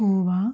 khoa